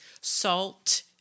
Salt